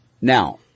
Now